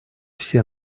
все